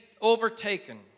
overtaken